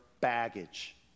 baggage